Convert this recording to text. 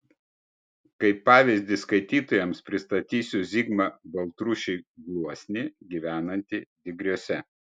kaip pavyzdį skaitytojams pristatysiu zigmą baltrušį gluosnį gyvenantį digriuose